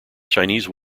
chinese